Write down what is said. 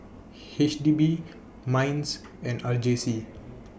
H D B Minds and R J C